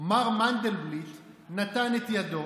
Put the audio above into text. מר מנדלבליט נתן את ידו,